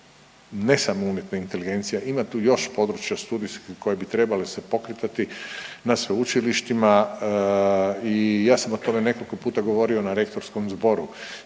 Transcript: ne samo umjetna inteligencija ima tu još područja studijskih koji bi trebali se pokretati na sveučilištima i ja sam o tome nekoliko puta govorio na rektorskom zboru.